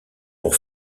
pour